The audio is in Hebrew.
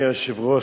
אדוני היושב-ראש,